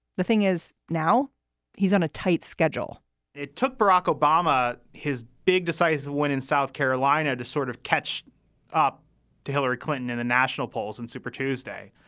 the thing is now he's on a tight schedule it took barack obama his big decisive win in south carolina to sort of catch up to hillary clinton in the national polls in super tuesday.